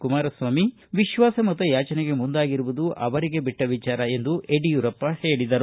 ಕುಮಾರಸ್ವಾಮಿ ವಿಶ್ವಾಸಮತ ಯಾಚನೆಗೆ ಮುಂದಾಗಿರುವುದು ಅವರಿಗೆ ಬಿಟ್ಟಿದ್ದು ಎಂದು ಯಡಿಯೂರಪ್ಪ ಹೇಳಿದರು